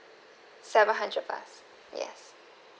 seven hundred plus yes